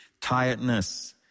tiredness